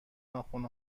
ناخن